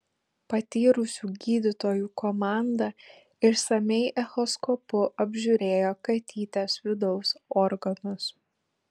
patyrusių gydytojų komanda išsamiai echoskopu apžiūrėjo katytės vidaus organus